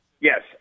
Yes